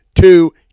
two